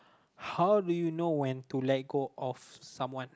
how do you know when to let go of someone